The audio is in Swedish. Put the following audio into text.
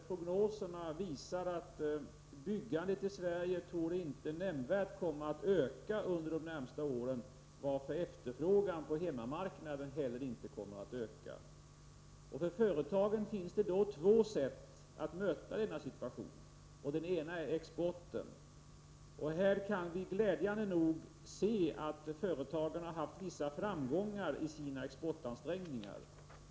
Prognoserna visar att byggandet i Sverige inte nämnvärt torde komma att öka under de närmaste åren, varför efterfrågan på hemmamarknaden inte heller kommer att öka. För företagen finns det två sätt att möta denna situation. Det ena är export, och vi kan glädjande nog se att företagen har haft vissa framgångar i sina exportansträngningar.